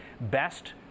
best